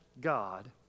God